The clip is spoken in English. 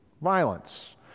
violence